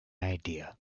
idea